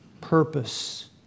purpose